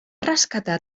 rescatar